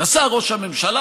נסע ראש הממשלה,